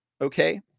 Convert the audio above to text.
okay